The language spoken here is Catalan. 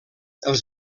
els